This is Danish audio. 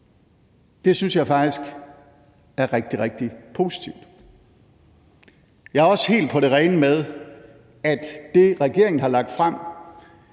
Det synes jeg faktisk er rigtig, rigtig positivt. Jeg er også helt på det rene med, at i det, regeringen har lagt frem,